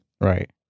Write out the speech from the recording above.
right